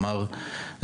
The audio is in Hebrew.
כלומר,